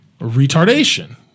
Retardation